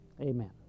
Amen